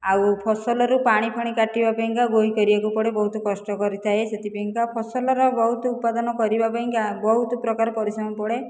ଆଉ ଫସଲରୁ ପାଣି ଫାଣି କାଟିବା ପାଇଁକା ଗୋହି କରିବାକୁ ପଡ଼େ ବହୁତ କଷ୍ଟ କରିଥାଏ ସେଥିପାଇଁକା ଫସଲର ବହୁତ ଉପାଦାନ କରିବା ପାଇଁକା ବହୁତ ପ୍ରକାର ପରିଶ୍ରମ ପଡ଼େ